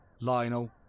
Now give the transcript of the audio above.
Lionel